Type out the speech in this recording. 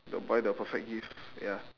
the buy the perfect gift ya